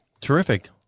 terrific